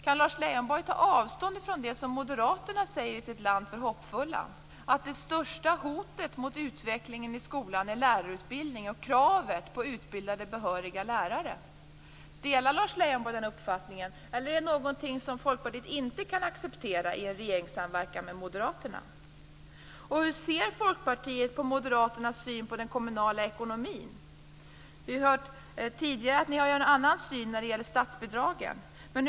Kan Lars Leijonborg ta avstånd från det som moderaterna säger i sitt Land för hoppfulla, att det största hotet mot utvecklingen i skolan är lärarutbildningen och kravet på utbildade behöriga lärare? Delar Lars Leijonborg den uppfattningen, eller är det någonting som Folkpartiet inte kan acceptera i en regeringssamverkan med moderaterna? Hur ser Folkpartiet på moderaternas syn på den kommunala ekonomin? Vi har hört tidigare att ni har en annan syn när det gäller statsbidragen.